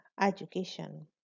education